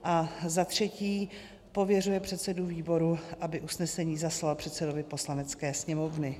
III. pověřuje předsedu výboru, aby usnesení zaslal předsedovi Poslanecké sněmovny.